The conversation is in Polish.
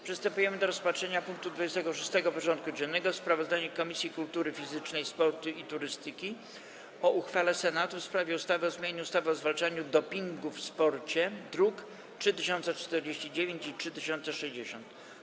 Przystępujemy do rozpatrzenia punktu 26. porządku dziennego: Sprawozdanie Komisji Kultury Fizycznej, Sportu i Turystyki o uchwale Senatu w sprawie ustawy o zmianie ustawy o zwalczaniu dopingu w sporcie (druki nr 3049 i 3060)